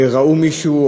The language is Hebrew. ראו מישהו,